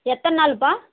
எத்தனை நாள்ப்பா